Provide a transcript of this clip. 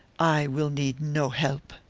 i will need no help.